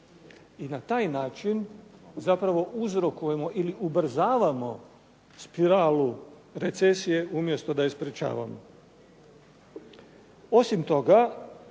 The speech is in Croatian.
I na taj način zapravo uzrokujemo ili ubrzavamo spiralu recesije umjesto da je sprječavamo. Osim toga,